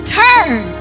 turn